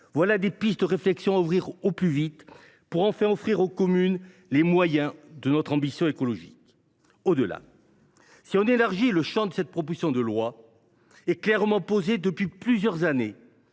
Voilà des pistes de réflexion à ouvrir au plus vite, pour enfin offrir aux communes les moyens de notre ambition écologique. Au delà, si l’on élargit le champ de cette proposition de loi, une question se pose clairement, depuis plusieurs années